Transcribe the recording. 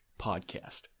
podcast